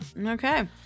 Okay